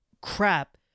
crap